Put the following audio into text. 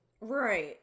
Right